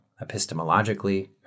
epistemologically